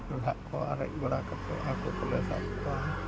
ᱰᱚᱰᱷᱟᱜ ᱠᱚ ᱟᱨᱮᱡ ᱵᱟᱲᱟ ᱠᱟᱛᱮᱫ ᱦᱟᱹᱠᱩ ᱠᱚᱞᱮ ᱥᱟᱵ ᱠᱚᱣᱟ